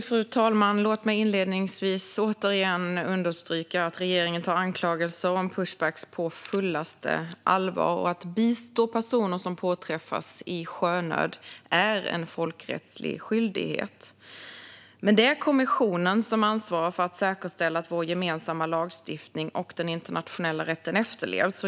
Fru talman! Låt mig inledningsvis återigen understryka att regeringen tar anklagelser om pushbacks på fullaste allvar. Att bistå personer som påträffas i sjönöd är en folkrättslig skyldighet. Men det är kommissionen som ansvarar för att säkerställa att vår gemensamma lagstiftning och den internationella rätten efterlevs.